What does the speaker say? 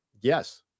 Yes